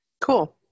cool